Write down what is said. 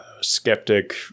skeptic